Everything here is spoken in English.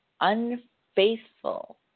unfaithful